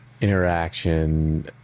interaction